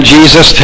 Jesus